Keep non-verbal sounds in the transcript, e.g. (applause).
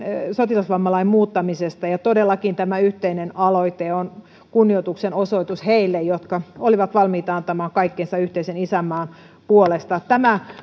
sotilasvammalain muuttamisesta todellakin tämä yhteinen aloite on kunnioituksen osoitus heille jotka olivat valmiita antamaan kaikkensa yhteisen isänmaan puolesta tämä (unintelligible)